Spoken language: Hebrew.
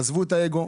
עזבו את האגו.